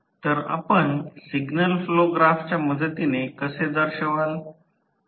तर आपण signal flow ग्राफच्या मदतीने कसे दर्शवाल